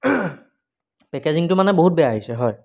পেকেজিংটো মানে বহুত বেয়া আহিছে হয়